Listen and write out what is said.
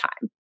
time